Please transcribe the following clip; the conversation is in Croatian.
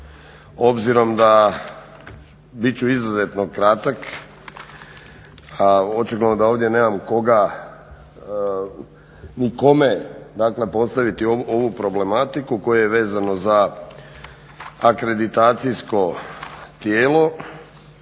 Obzirom da bit ću izuzetno kratak, a očigledno da ovdje nemam koga ni kome dakle postaviti ovu problematiku koja je vezano za akreditacijsko tijelo